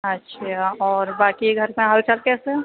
اچھا اور باقی گھر کا حال چال کیسے ہیں